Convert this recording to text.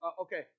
okay